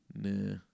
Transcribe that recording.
Nah